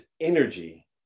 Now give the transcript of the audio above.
energy